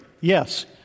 Yes